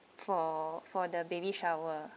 for for the baby shower